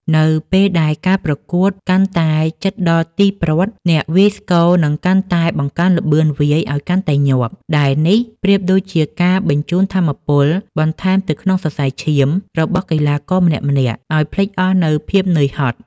នៅពេលដែលការប្រកួតកាន់តែជិតដល់ទីព្រ័ត្រ អ្នកវាយស្គរនឹងកាន់តែបង្កើនល្បឿនវាយឱ្យកាន់តែញាប់ ដែលនេះប្រៀបដូចជាការបញ្ចូលថាមពលបន្ថែមទៅក្នុងសរសៃឈាមរបស់កីឡាករម្នាក់ៗឱ្យភ្លេចអស់នូវភាពនឿយហត់។